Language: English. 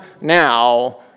now